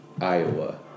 Iowa